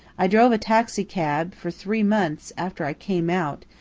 i drove a taxicab for three months after i came out,